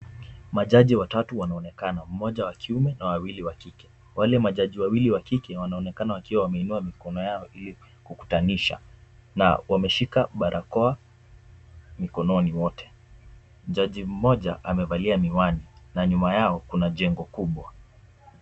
Majaji watatu wanaonekana. Mmoja wa kiume na wawili wa kike. Wale majaji wawili wa kike wanaonekana wakiwa wameinua mikono yao ili kukutanisha na wameshika barakoa mikononi wote. Jaji mmoja amevalia miwani na nyuma yao kuna jengo kubwa.